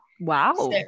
Wow